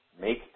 make